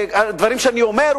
הדברים שאני אומר,